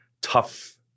tough